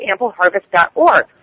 AmpleHarvest.org